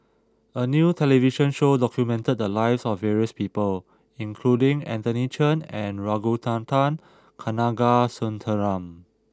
a new television show documented the lives of various people including Anthony Chen and Ragunathar Kanagasuntheram